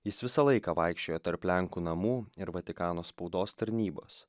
jis visą laiką vaikščiojo tarp lenkų namų ir vatikano spaudos tarnybos